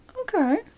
Okay